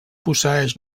posseeix